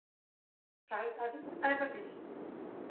साढ़े चार सौ में नहीं बनी